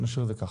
נשאיר את זה כך.